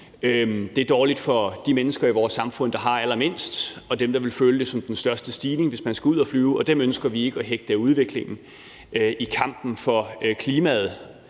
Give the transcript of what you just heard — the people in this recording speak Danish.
Det er dårligt for de mennesker i vores samfund, der har allermindst, og som ville føle det som den største stigning, hvis man skulle ud at flyve, og dem ønsker vi ikke at hægte af udviklingen i kampen for klimaet,